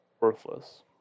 worthless